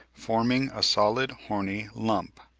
forming a solid horny lump.